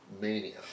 mania